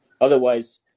Otherwise